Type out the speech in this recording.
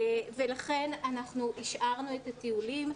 לכן אנחנו השארנו את הטיולים.